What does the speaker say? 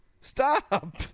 stop